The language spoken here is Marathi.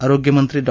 आरोग्य मंत्री डॉ